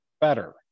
better